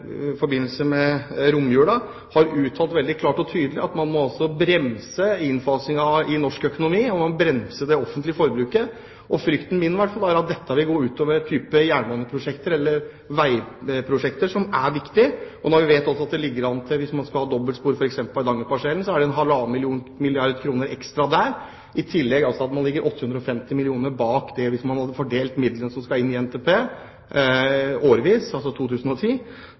romjula har uttalt veldig klart og tydelig at man må bremse innfasingen i norsk økonomi og bremse det offentlige forbruket. Frykten min er at dette vil gå ut over jernbaneprosjekter eller veiprosjekter som er viktige. Vi vet også at det ligger an til, hvis man skal ha dobbeltspor f.eks. på Hardanger-parsellen, halvannen milliarder kroner ekstra der, i tillegg til at man i 2010 ligger 850 mill. kr bak det som ligger i NTP, hvis man hadde fordelt midlene årvisst. Så jeg vil utfordre statsråden på hvordan hun skal